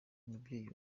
umubyeyi